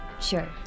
Sure